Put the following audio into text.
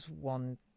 one